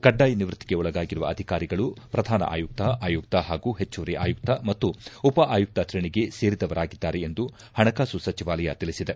ಕಡ್ನಾಯ ನಿವ್ವತ್ನಿಗೆ ಒಳಗಾಗಿರುವ ಅಧಿಕಾರಿಗಳು ಪ್ರಧಾನ ಆಯುಕ್ಕ ಆಯುಕ್ಕ ಹಾಗೂ ಹೆಚ್ಚುವರಿ ಆಯುಕ್ಕ ಮತ್ತು ಉಪ ಆಯುಕ್ತ ಶ್ರೇಣಿಗೆ ಸೇರಿದವರಾಗಿದ್ದಾರೆ ಎಂದು ಹಣಕಾಸು ಸಚಿವಾಲಯ ತಿಳಿಸಿದೆ